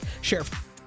sheriff